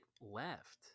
left